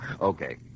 Okay